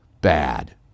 bad